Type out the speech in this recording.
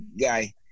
guy